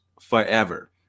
forever